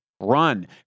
run